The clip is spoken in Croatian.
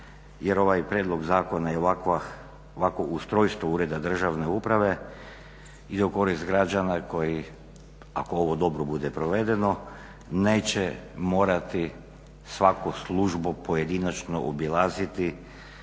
jer ovaj prijedlog zakona i ovako ustrojstvo ureda državne uprave ide u korist građana koji ako ovo bude dobro provedeno, neće morati svaku službu pojedinačno obilaziti,